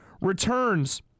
returns